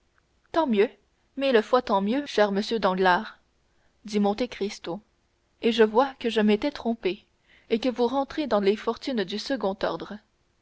tant mieux mille fois tant mieux cher monsieur danglars dit monte cristo et je vois que je m'étais trompé et que vous rentrez dans les fortunes du second ordre